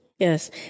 Yes